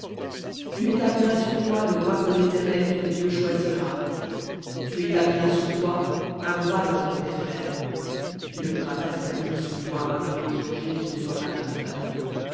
tu établiras sur toi le roi que l'éternel ton dieu choisira tu établiras sur toi un roi d'entre tes frères tu ne pourras pas établir sur toi un homme étranger qui ne soit pas ton frère